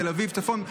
תל אביב צפון,